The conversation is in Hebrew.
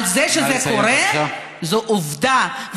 אבל זה שזה קורה זו עובדה.